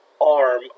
arm